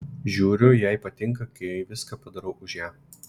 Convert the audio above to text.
žiūriu jai patinka kai viską padarau už ją